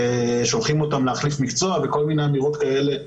שולחים אותם להחליף מקצוע וכל מיני אמירות כאלה.